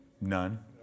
None